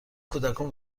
کودکان